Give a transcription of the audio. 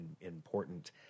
important